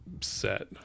set